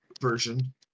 version